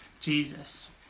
Jesus